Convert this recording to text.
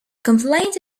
complaint